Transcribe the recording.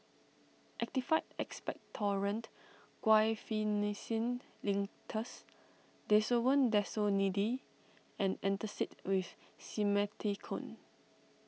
Actified Expectorant Guaiphenesin Linctus Desowen Desonide and Antacid with Simethicone